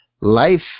Life